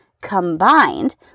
combined